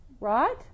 right